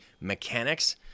mechanics